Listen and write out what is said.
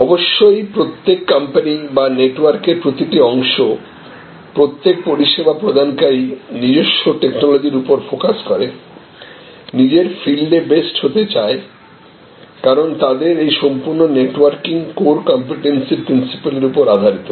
অবশ্যই প্রত্যেক কোম্পানি বা নেটওয়ার্কের প্রতিটা অংশ প্রত্যেক পরিষেবা প্রদানকারী নিজস্ব টেকনোলজির উপর ফোকাস করে নিজের ফিল্ডে বেস্ট হতে চায় কারণ তাদের এই সম্পূর্ণ নেটওয়ার্কিং কোর কম্পিটেন্সি প্রিন্সিপল এর উপর আধারিত